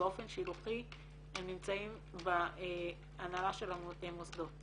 באופן --- הם נמצאים בהנהלה של המוסדות